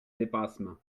dépassement